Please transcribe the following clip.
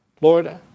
Lord